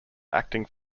acting